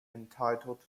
entitled